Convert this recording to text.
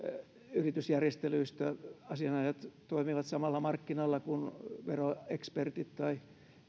yritysjärjestelyissä asianajajat toimivat samalla markkinalla kuin veroekspertit tai